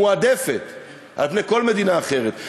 מועדפת על פני מדינה אחרת.